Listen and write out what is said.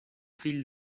fill